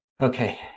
Okay